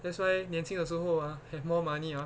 that's why 年轻的时候 ah have more money ah